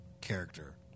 character